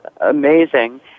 amazing